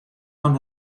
fan